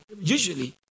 usually